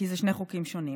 אם כי אלה שני חוקים שונים.